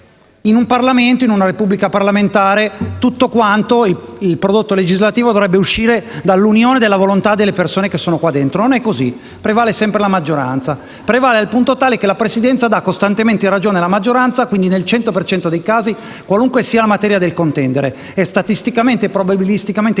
qualche esempio. In una Repubblica parlamentare il prodotto legislativo dovrebbe uscire dall'unione della volontà delle persone che sono qua dentro. Non è così. Prevale sempre la maggioranza, e prevale al punto tale che la Presidenza dà costantemente ragione alla maggioranza, quindi nel 100 per cento dei casi, qualunque sia la materia del contendere. È statisticamente e probabilisticamente impossibile